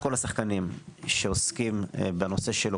כל השחקנים שעוסקים בנושא של אוקראינה,